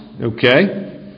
Okay